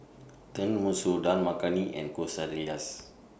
Tenmusu Dal Makhani and Quesadillas